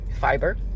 fiber